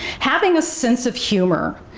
having a sense of humor,